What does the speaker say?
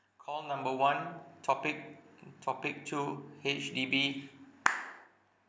call number one topic topic two H_D_B